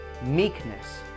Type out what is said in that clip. meekness